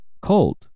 cold